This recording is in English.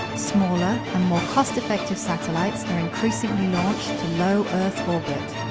smaller and more cost-effective satellites are increasingly launched to low earth orbit.